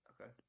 Okay